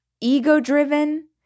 ego-driven